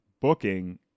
booking